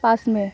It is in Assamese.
পাঁচ মে